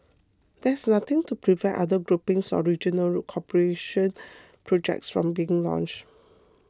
there is nothing to prevent other groupings or regional cooperation projects from being launched